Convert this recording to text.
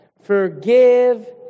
Forgive